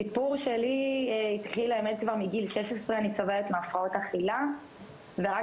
הסיפור שלי התחיל האמת כבר מגיל 16 אני סובלת מהפרעות אכילה ורק